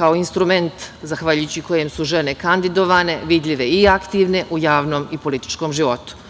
kao instrument, zahvaljujem kojem su žene kandidovane, vidljive i aktivne u javnom i političkom životu.